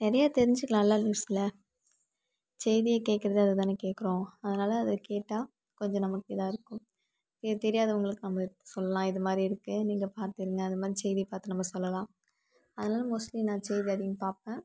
நிறையா தெரிஞ்சிக்லான்ல நியூஸில் செய்தியைக் கேட்குறது அதுதானே கேட்குறோம் அதனால அது கேட்டால் கொஞ்சம் நமக்கு இதாக இருக்கும் இது தெரியாதவங்களுக்கு நம்ம சொல்லாம் இதுமாதிரி இருக்கு நீங்கள் பார்த்து இருங்க அதுமாதிரி செய்தியைப் பார்த்து நம்ம சொல்லலாம் அதனால மோஸ்ட்லி நான் செய்தி அதிகமாக பார்ப்பன்